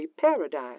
paradise